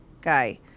guy